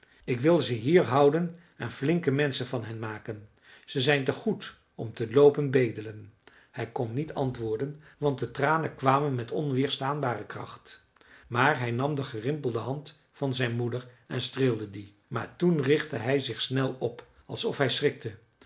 ik wil ze hier houden en flinke menschen van hen maken ze zijn te goed om te loopen bedelen hij kon niet antwoorden want de tranen kwamen met onweerstaanbare kracht maar hij nam de gerimpelde hand van zijn moeder en streelde die maar toen richtte hij zich snel op alsof hij schrikte